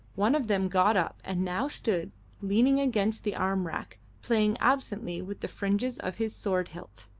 one of them got up and now stood leaning against the arm-rack, playing absently with the fringes of his sword-hilt.